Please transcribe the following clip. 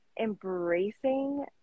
embracing